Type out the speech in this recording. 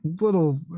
little